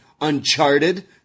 Uncharted